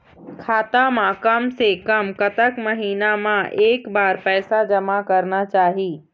खाता मा कम से कम कतक महीना मा एक बार पैसा जमा करना चाही?